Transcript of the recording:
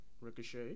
Ricochet